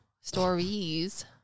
stories